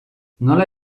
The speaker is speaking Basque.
nola